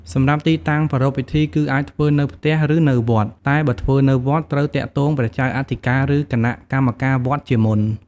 សម្រាប់ទីតាំងប្រារព្វពិធី គឺ អាចធ្វើនៅផ្ទះ ឬនៅវត្ត តែបើធ្វើនៅវត្ត ត្រូវទាក់ទងព្រះចៅអធិការ ឬគណៈកម្មការវត្តជាមុន។